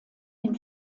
den